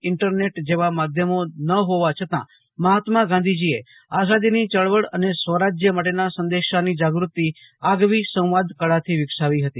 internet જેવા માધ્યમો ન હોવા છતાં મહાત્મા ગાંધીજીએ આઝાદીની ચળવળ અને સ્વરાજ્ય માટેના સંદેશાની જાગૃતિ આગવી સંવાદકળાથી વિકસાવી હતી